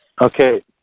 Okay